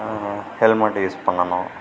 helmet use பண்ணனும்